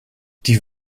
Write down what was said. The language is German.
die